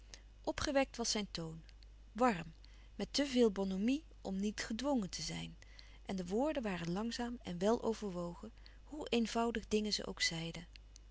opgewekt was zijn toon warm met te veel bonhomie om niet gedwongen te zijn en de woorden waren langzaam en wel overwogen hoe eenvoudige dingen ze ook zeiden